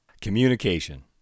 Communication